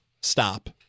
stop